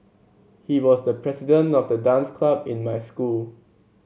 he was the president of the dance club in my school